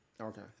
Okay